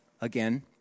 Again